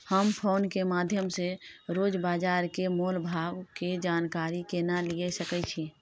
हम फोन के माध्यम सो रोज बाजार के मोल भाव के जानकारी केना लिए सके छी?